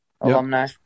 alumni